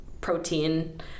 protein